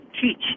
teach